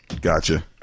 Gotcha